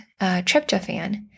tryptophan